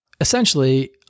Essentially